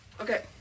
Okay